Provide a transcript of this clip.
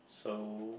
so